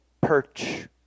perch